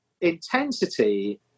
intensity